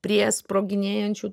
prie sproginėjančių